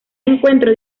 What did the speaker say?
encuentro